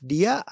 Dia